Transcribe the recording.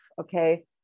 okay